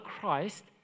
Christ